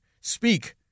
speak